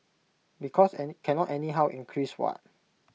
because any cannot anyhow increase what